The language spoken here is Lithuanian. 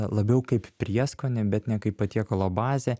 labiau kaip prieskonį bet ne kaip patiekalo bazę